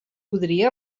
podria